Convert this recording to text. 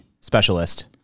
specialist